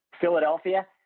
Philadelphia